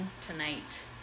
tonight